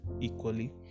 equally